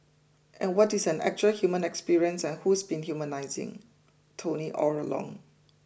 and what is an actual human experience and who's been humanising Tony all along